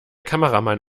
kameramann